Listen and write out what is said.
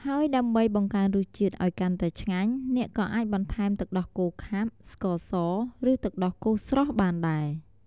ហើយដើម្បីបង្កើនរសជាតិឱ្យកាន់តែឆ្ងាញ់ អ្នកក៏អាចបន្ថែមទឹកដោះគោខាប់ ស្ករស ឬទឹកដោះគោស្រស់បានដែរ។